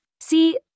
See